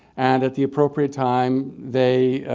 and at the appropriate time they